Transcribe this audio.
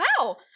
Wow